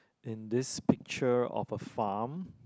in this picture of a farm